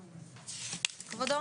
כבודו.